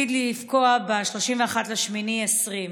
הוא עתיד לפקוע, לצערנו הרב, ב-31 באוגוסט 2020,